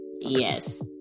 yes